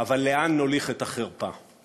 אבל לאן נוליך את החרפה?